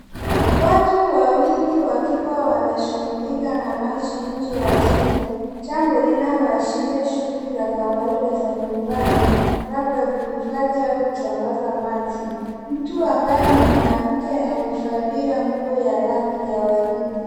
Watu wawili wakiwa wanashugulika na maji nje ya jengo, jambo linaloashiria shuguli za kawaida za nyumbani labda kuhifadhi au kusambaza maji, mtu ambaye ni mwanamke amevalia nguo ya rangi la waridi.